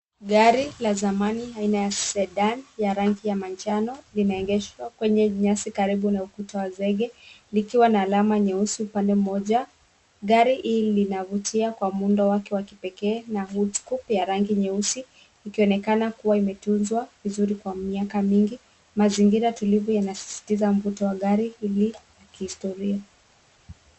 Gari la zamani aina ya Sedan ya rangi ya manjano linaegeshwa kwenye nyasi karibu na ukuta wa zege likiwa na alama nyeusi upande mmoja. Gari hili linavutia kwa muundo wake wa kipekee na Vootscoop ya rangi nyeusi ikionekana kuwa imetunzwa vizuri kwa miaka mingi na mazingira tulivu yanasisitiza mvuto wa gari hili la kihistoria.